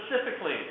specifically